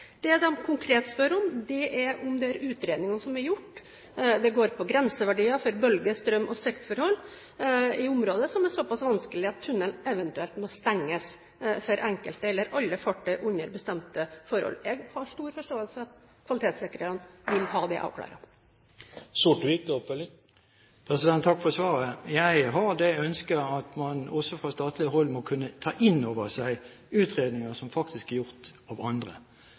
Det de konkret spør om i de utredningene som er gjort, går på grenseverdier for bølger, strøm og siktforhold i området, som er såpass vanskelige at tunnelen eventuelt må stenges for enkelte eller alle fartøy under bestemte forhold. Jeg har stor forståelse for at kvalitetssikrerne vil ha det avklart. Takk for svaret. Jeg har det ønsket at man også fra statlig hold må kunne ta inn over seg utredninger som faktisk er gjort av andre.